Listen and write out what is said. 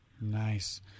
Nice